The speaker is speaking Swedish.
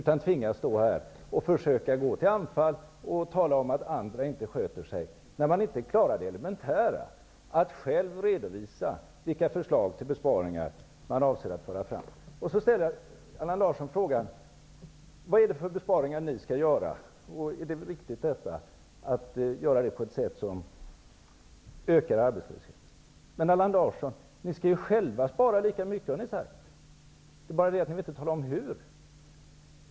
Han tvingas att stå här och försöka gå till anfall och tala om att andra inte sköter sig när Socialdemokraterna inte klarar det elementära att själva redovisa vilka förslag till besparingar man avser att lägga fram. Sedan ställde Allan Larsson frågan: Vad är det för besparingar ni skall göra? Är det riktigt att göra det på ett sätt som ökar arbetslösheten? Men, Allan Larsson, ni har ju själva sagt att ni skall spara lika mycket. Det är bara det att ni inte vill tala om hur.